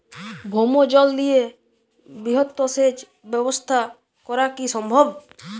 ভৌমজল দিয়ে বৃহৎ সেচ ব্যবস্থা করা কি সম্ভব?